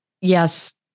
yes